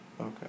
Okay